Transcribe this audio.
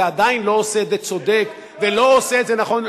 זה עדיין לא עושה את זה צודק ולא עושה את זה נכון.